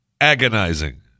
Agonizing